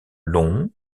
longs